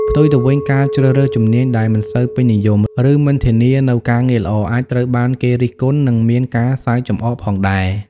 ផ្ទុយទៅវិញ ការជ្រើសរើសជំនាញដែលមិនសូវពេញនិយម ឬមិនធានានូវការងារល្អ អាចត្រូវបានគេរិះគន់ និងមានការសើចំអកផងដែរ។